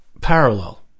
parallel